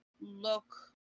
look